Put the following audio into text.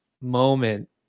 moment